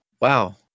Wow